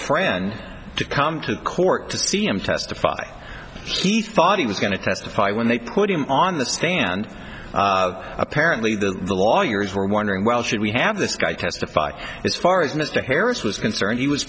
friend to come to court to see him testify he thought he was going to testify when they put him on the stand apparently the lawyers were wondering well should we have this guy testify as far as mr harris was concerned he was